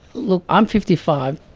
look, i'm fifty five,